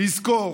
לזכור: